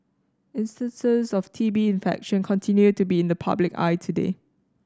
instances of T B infection continue to be in the public eye today